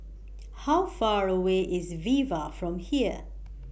How Far away IS Viva from here